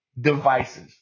devices